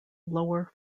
lower